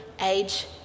age